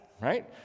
right